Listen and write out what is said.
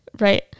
Right